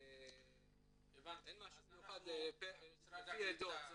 משהו מיוחד לפי עדות.